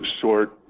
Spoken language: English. short